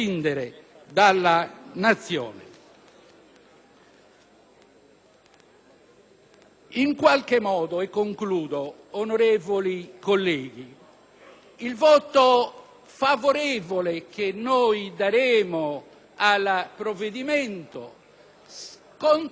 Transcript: In qualche modo - concludo, onorevoli colleghi - il voto favorevole che noi daremo al provvedimento conterrà una qualche riserva,